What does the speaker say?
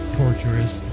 torturous